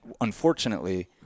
unfortunately